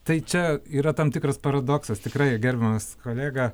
tai čia yra tam tikras paradoksas tikrai gerbiamas kolega